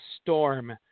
storm